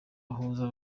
bahuza